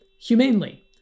humanely